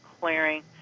clearing